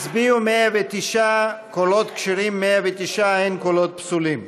הצביעו 109. קולות כשרים, 109. אין קולות פסולים.